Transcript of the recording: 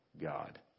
God